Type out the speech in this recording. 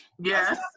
Yes